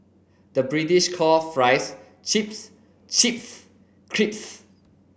the British call fries chips chips crisps